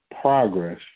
progress